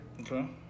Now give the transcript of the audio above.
Okay